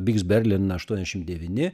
biks berlin aštuoniasdešim devyni